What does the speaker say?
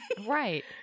Right